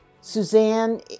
Suzanne